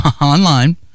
online